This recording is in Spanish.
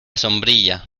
sombrilla